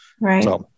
Right